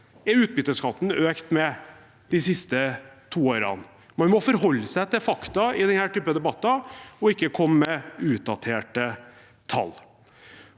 er utbytteskatten økt med de siste to årene. Man må forholde seg til fakta i denne type debatter og ikke komme med utdaterte tall.